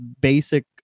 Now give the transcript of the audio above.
basic